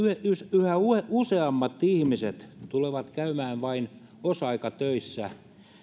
yhä useammat ihmiset tulevat käymään vain osa aikatöissä